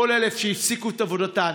כל אלה שהפסיקו את עבודתן,